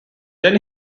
then